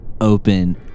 open